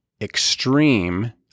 extreme